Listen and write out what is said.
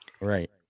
Right